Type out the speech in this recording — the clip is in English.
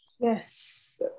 Yes